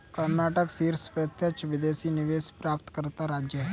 कर्नाटक शीर्ष प्रत्यक्ष विदेशी निवेश प्राप्तकर्ता राज्य है